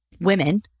women